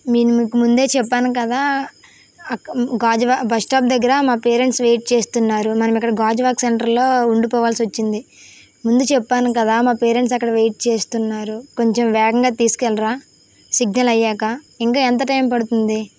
నేను మీకు ముందే చెప్పాను కదా అక్క గాజువాక బస్టాప్ దగ్గర మా పేరెంట్స్ వెయిట్ చేస్తున్నారు మనం ఇక్కడ గాజువాక సెంటర్లో ఉండిపోవాల్సి వచ్చింది ముందు చెప్పాను కదా మా పేరెంట్స్ అక్కడ వెయిట్ చేస్తున్నారు కొంచెం వేగంగా తీసుకెళ్ళరా సిగ్నల్ అయ్యాక ఇంకా ఎంత టైం పడుతుంది